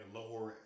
lower